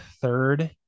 Third